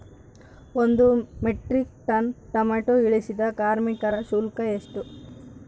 ಒಂದು metric ton tomato ಇಳಿಸಲು ಕಾರ್ಮಿಕರ ಶುಲ್ಕ ಎಷ್ಟು?